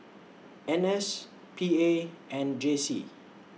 N S P A and J C